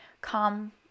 come